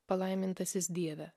palaimintasis dieve